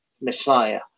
Messiah